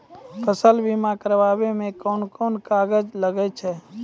फसल बीमा कराबै मे कौन कोन कागज लागै छै?